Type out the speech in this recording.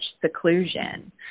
seclusion